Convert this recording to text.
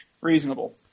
reasonable